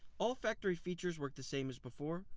all factory features work the same as before.